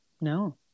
No